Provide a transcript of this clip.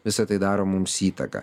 visa tai daro mums įtaką